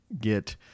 get